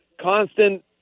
constant